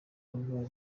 rugo